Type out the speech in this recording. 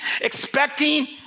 expecting